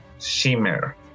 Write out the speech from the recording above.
Shimmer